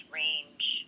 range